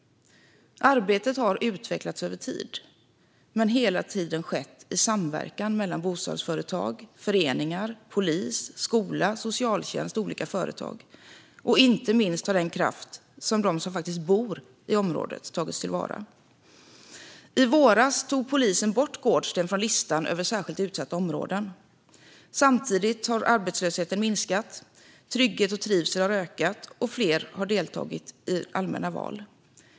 Arbetet har utvecklats över tid men hela tiden skett i samverkan mellan bostadsföretag, föreningar, polis, skola, socialtjänst och olika företag. Inte minst har kraften hos dem som bor i området tagits till vara. I våras tog polisen bort Gårdsten från listan över särskilt utsatta områden. Samtidigt har arbetslösheten minskat, trygghet och trivsel ökat och fler har deltagit i allmänna val.